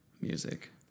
Music